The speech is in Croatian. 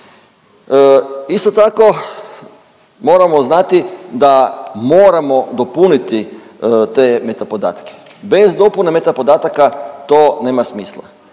Isto tako moramo znati da moramo dopuniti te meta podatke. Bez dopune meta podataka to nema smisla.